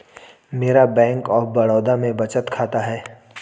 मेरा bank of Baroda में बचत खाता है